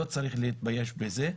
לא צריך להתבייש בזה.